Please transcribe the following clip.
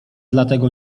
dlatego